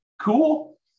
Cool